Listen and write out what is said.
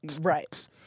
right